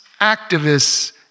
activists